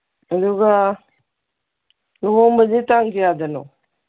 ꯑꯗꯨꯒ ꯂꯨꯍꯣꯡꯕꯁꯦ ꯇꯥꯡ ꯀꯌꯥꯗꯅꯣ